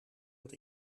dat